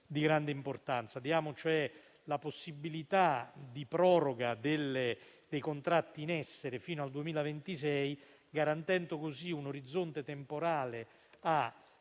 di grande importanza. Diamo cioè la possibilità di prorogare i contratti in essere fino al 2026, garantendo così un orizzonte temporale a